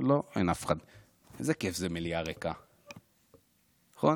לא, אין אף אחד, איזה כיף זה מליאה ריקה, נכון?